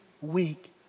week